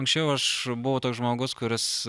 anksčiau aš buvau tas žmogus kuris